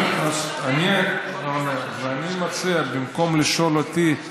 אז אני עונה ואני מציע: במקום לשאול אותי,